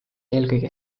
eelkõige